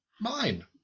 Mine